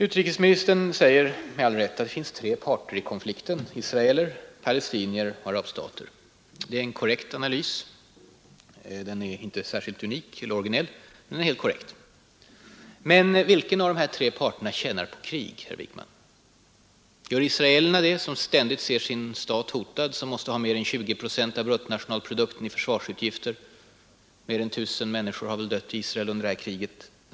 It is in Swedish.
Utrikesministern säger med all rätt att det finns tre parter i konflikten: israeler, palestinier och arabstater. Det är en korrekt analys. Den är inte unik eller särskilt orginell, men den är helt korrekt. Men vilken av de tre parterna tjänar på krig, herr Wickman? Gör israelerna det, som ständigt ser sin stat hotad och som måste ta mer än 20 procent av bruttonationalprodukten till försvarsutgifter? Naturligtvis inte! Mer än tusen människor har troligen dött i Israel under det här kriget.